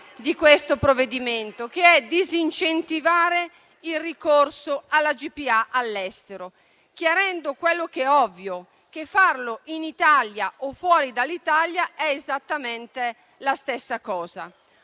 di questo provvedimento, che è disincentivare il ricorso alla GPA all'estero, chiarendo quello che è ovvio, ossia che farlo in Italia o fuori dall'Italia è esattamente la stessa cosa.